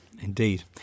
Indeed